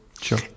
sure